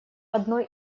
одной